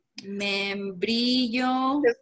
membrillo